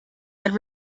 had